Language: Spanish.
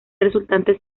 resultante